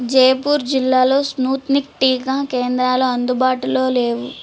జైపూర్ జిల్లాలో స్పుత్నిక్ టీకా కేంద్రాలు అందుబాటులో లేవు